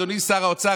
אדוני שר האוצר,